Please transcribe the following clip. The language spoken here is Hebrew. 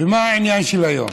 מה העניין של היום?